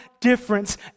difference